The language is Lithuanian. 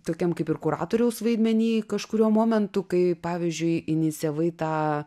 tokiam kaip ir kuratoriaus vaidmeny kažkuriuo momentu kai pavyzdžiui inicijavai tą